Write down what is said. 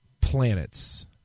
planets